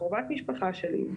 קרובת משפחה שלי,